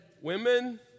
women